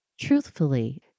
Truthfully